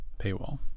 paywall